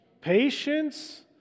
patience